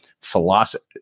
philosophy